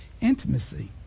intimacy